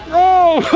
oh